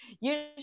usually